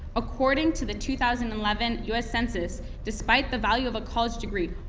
according to the two thousand and eleven us census, despite the value of a college degree,